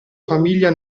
famiglia